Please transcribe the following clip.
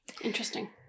Interesting